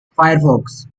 firefox